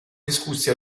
discussi